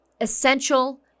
essential